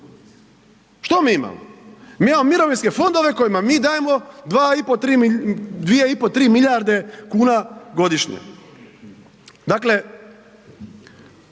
Što mi imamo? Mi imamo mirovinske fondove kojima mi dajemo 2,5, 3 milijarde kuna godišnje. Dakle,